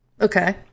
Okay